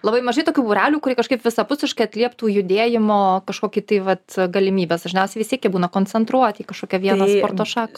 labai mažai tokių būrelių kurie kažkaip visapusiškai atlieptų judėjimo kažkokį tai vat galimybės dažniausiai vis tiek jie būna koncentruoti į kažkokią vieną sporto šaką